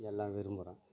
எல்லாம் விரும்புகிறேன்